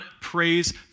praise